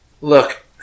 Look